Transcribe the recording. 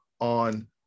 on